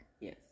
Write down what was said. yes